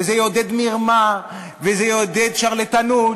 זה יעודד מרמה וזה יעודד שרלטנות